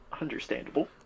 Understandable